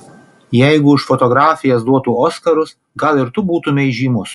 jeigu už fotografijas duotų oskarus gal ir tu būtumei žymus